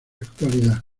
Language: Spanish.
actualidad